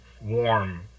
warm